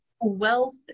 wealth